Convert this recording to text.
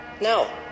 No